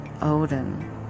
Odin